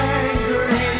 angry